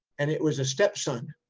and it was a step son.